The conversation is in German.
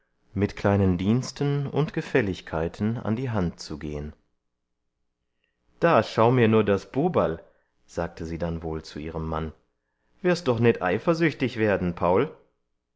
mit kleinen diensten und gefälligkeiten an die hand zu gehen da schau mir nur das buberl sagte sie dann wohl zu ihrem mann wirst doch nit eifersüchtig werden paul